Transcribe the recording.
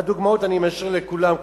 הדוגמאות אני משאיר לכולם,